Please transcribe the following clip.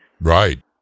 Right